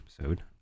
episode